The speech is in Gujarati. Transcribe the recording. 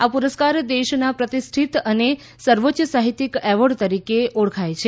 આ પુરસ્કાર દેશના પ્રતિષ્ઠિત અને સર્વોચ્ય સાહિત્યિક એવોર્ડ તરીકે ઓળખાય છે